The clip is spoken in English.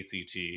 ACT